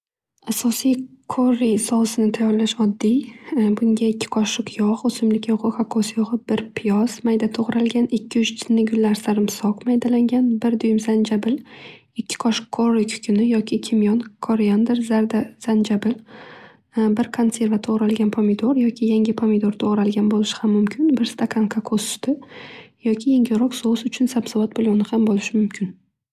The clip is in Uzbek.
Asosiy korri sousini tayorlash oddiy. Bunga ikki qoshiq yog' o'simlik yog'I, kokos yog'I bir piyoz mayda to'g'ralgan ikki uch chinnigullar sarimsoq maydalangan, bir duyum zanjabil, ikki qorish korro kunkuni yoki kimyon korriandr, zarda zanjabil, bir konserva to'gralgan pomidor, yoki yangi pomidor to'g'ralgan bo'lishi mumkin. Bir stakan kokos suti yoki yengilroq sous uchun sabzavot bulyoni ham bo'lishi mumkin.